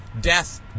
Death